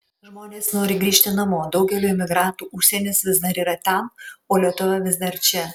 žmonės nori grįžti namo daugeliui emigrantų užsienis vis dar yra ten o lietuva vis dar čia